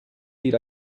did